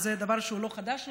וזה דבר שהוא לא חדש לנו,